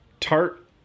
tart